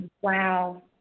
Wow